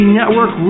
Network